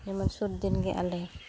ᱡᱮᱢᱚᱱ ᱥᱩᱨ ᱫᱤᱱ ᱜᱮ ᱟᱞᱮ